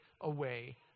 away